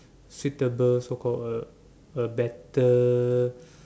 suitable so called uh a better